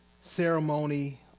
ceremony